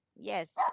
Yes